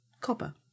copper